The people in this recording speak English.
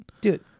Dude